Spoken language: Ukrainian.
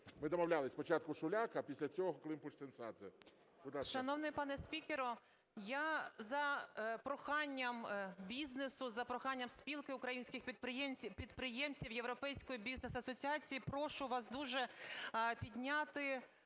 Ми домовлялись, спочатку Шуляк, а після цього Климпуш-Цинцадзе.